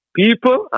people